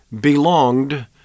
belonged